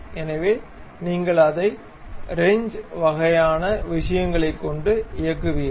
எனவே நீங்கள் அதை ரெஞ்ச் வகையான விஷயங்களைக் கொண்டு இயக்குவீர்கள்